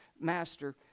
master